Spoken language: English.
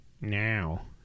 Now